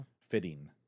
fitting